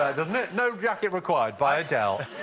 doesn't it? no jacket required, by adele.